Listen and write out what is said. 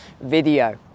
video